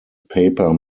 paper